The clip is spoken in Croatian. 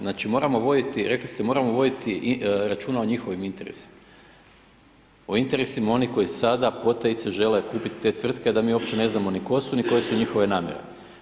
Znači, moramo voditi, rekli ste, moramo voditi računa o njihovim interesima, o interesima onih koji sada potajice žele kupiti te tvrtke, a da mi uopće ne znamo ni tko su, ni koje su njihove namjere.